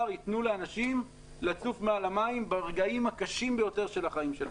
ייתנו לאנשים לצוף מעל המים ברגעים הקשים ביותר של החיים שלהם.